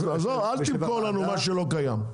אז אל תמכור לנו מה שלא קיים.